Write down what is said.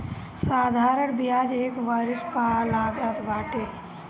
साधारण बियाज एक वरिश पअ लागत बाटे